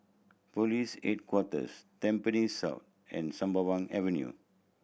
Police Headquarters Tampines South and Sembawang Avenue